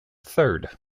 third